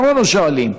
אחרון השואלים,